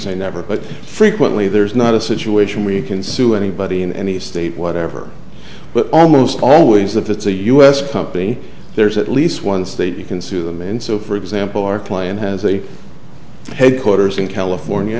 say never but frequently there's not a situation where you can sue anybody in any state whatever but almost always that it's a us company there's at least one state you can sue them and so for example our client has a headquarters in california